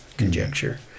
conjecture